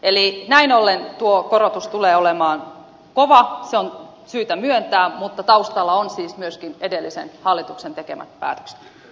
eli näin ollen tuo korotus tulee olemaan kova se on syytä myöntää mutta taustalla ovat siis myöskin edellisen hallituksen tekemät päätökset